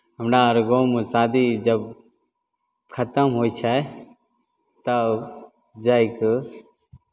हमरा आर गाँवमे शादी जब खतम होइ छै तब जा कऽ